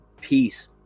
Peace